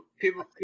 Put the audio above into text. People